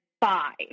five